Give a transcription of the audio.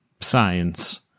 science